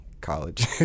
college